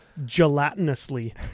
gelatinously